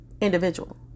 Individual